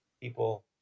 people